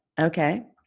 Okay